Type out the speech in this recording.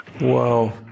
Wow